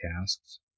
tasks